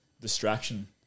distraction